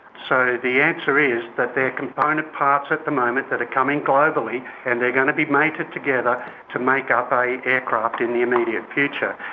so the answer is that their component parts at the moment that are coming globally and they're going to be mated together to make up an aircraft in the immediate future.